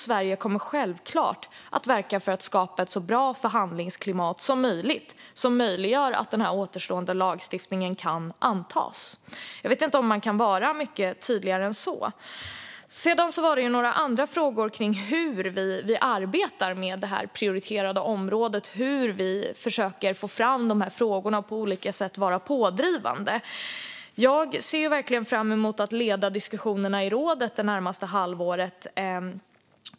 Sverige kommer självklart att verka för att skapa ett så bra förhandlingsklimat som möjligt, som möjliggör att den återstående lagstiftningen kan antas. Jag vet inte om man kan vara mycket tydligare än så. Sedan var det några andra frågor om hur vi arbetar med det här prioriterade området, om hur vi försöker få fram frågorna och vara pådrivande på olika sätt. Jag ser verkligen fram emot att leda diskussionerna i rådet det närmaste halvåret.